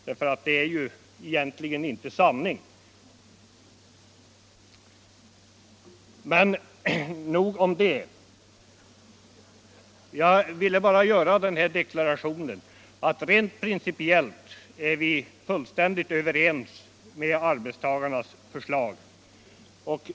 Detta är ju egentligen inte sanning. Men nog om det. Jag ville bara göra den deklarationen att vi rent principiellt är fullständigt överens med arbetstagarna om deras förslag.